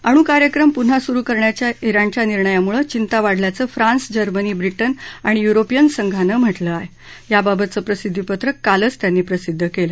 अणु कार्यक्रम पुन्हा सुरु करण्याच्या जिणच्या निर्णयामुळे चिंता वाढल्याचं फ्रान्स जर्मनी ब्रिटन आणि युरोपीय संघानं म्हटलंय याबाबतच प्रसिद्दीपत्रक कालच त्यांनी प्रसिद्ध केलं